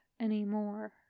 anymore